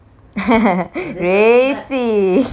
racing